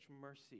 mercy